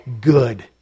good